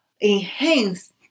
enhance